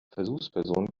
versuchsperson